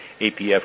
APF